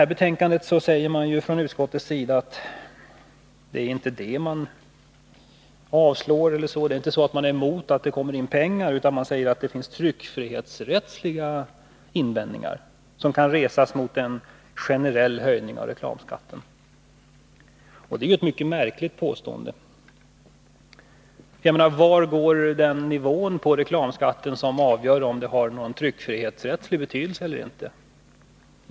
I betänkandet säger inte utskottet att man är emot att det kommer in pengar, utan man hänvisar till tryckfrihetsrättsliga invändningar, som kan resas mot en generell höjning av reklamskatten. Detta är ett mycket märkligt påstående. Var finns den nivå på reklamskatten som avgör om det har någon tryckfrihetsrättslig betydelse eller inte?